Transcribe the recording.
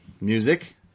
music